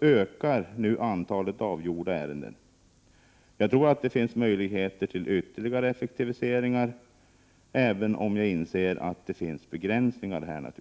ökar nu antalet avgjorda ärenden. Jag tror att det finns möjligheter till skadeståndsprocesser, som för den skadade var oerhört slitsamma. Arbetsskadeförsäkkasse ap ä Genom den nuvarande arbetsskadeförsäkringen infördes ett helt annat ytterligare effektiviseringar, även om jag naturligtvis inser att det finns begränsningar här.